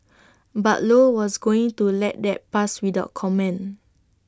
but low was going to let that pass without comment